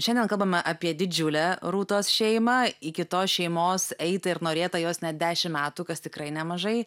šiandien kalbame apie didžiulę rūtos šeimą iki tos šeimos eita ir norėta jos net dešim metų kas tikrai nemažai